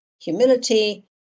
humility